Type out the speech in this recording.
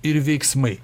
ir veiksmai